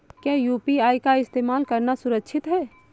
क्या यू.पी.आई का इस्तेमाल करना सुरक्षित है?